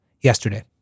yesterday